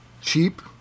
cheap